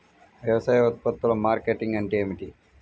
వ్యవసాయ ఉత్పత్తుల మార్కెటింగ్ అంటే ఏమిటి?